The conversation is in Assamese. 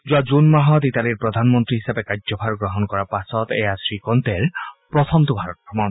যোৱা জুন মাহত ইটালীৰ প্ৰধানমন্ত্ৰী হিচাপে কাৰ্যভাৰ গ্ৰহণ কৰাৰ পাছত এয়া শ্ৰীকণ্টেৰ প্ৰথমটো ভাৰত ভ্ৰমণ